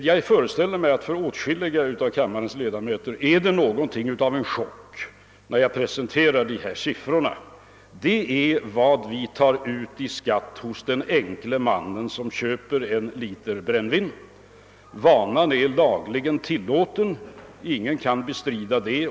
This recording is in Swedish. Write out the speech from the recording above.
Jag föreställer mig att det för åtskilliga av kammarens ledamöter är något av en chock när jag presenterar dessa siffror. Det är alltså vad vi tar ut i skatt av den enkle mannen som köper en liter brännvin. Varan är lagligen tillåten — ingen kan bestrida detta.